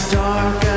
dark